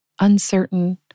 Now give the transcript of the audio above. uncertain